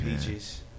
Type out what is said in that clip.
peaches